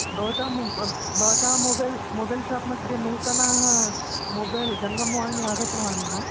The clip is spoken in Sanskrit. भवतां भवतां मोबैल् मोबैल् शाप् मध्ये नूतनाः मोबैल् जङ्गमवाणिः आगतवान् वा